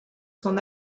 son